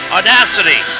Audacity